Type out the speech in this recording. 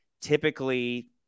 typically